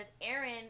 aaron